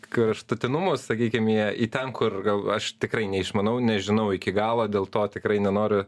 kraštutinumus sakykim jie į ten kur gal aš tikrai neišmanau nežinau iki galo dėl to tikrai nenoriu